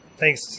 Thanks